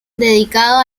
dedicado